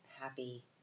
happy